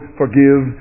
forgive